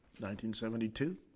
1972